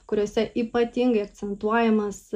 kuriose ypatingai akcentuojamas